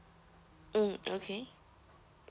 mm okay